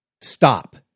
Stop